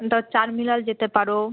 তা চারমিনার যেতে পারো